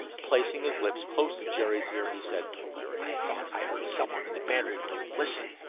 placing his lips close to jerry's ears he said i thought i heard someone in the battery room. listen!